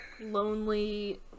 Lonely